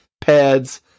pads